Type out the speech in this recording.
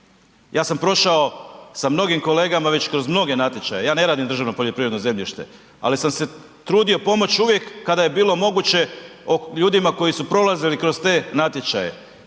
Ja sam prošao sa mnogim kolegama već kroz mnoge natječaje, ja ne radim državno poljoprivredno zemljište, ali sam se trudio pomoći uvijek kada je bilo moguće ljudima koji su prolazili kroz te natječaje.